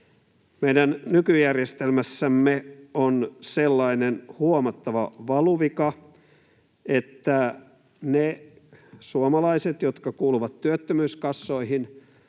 Meidän nykyjärjestelmässämme on sellainen huomattava valuvika, että ne suomalaiset, jotka kuuluvat työttömyyskassoihin,